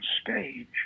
stage